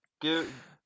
give